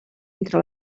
entre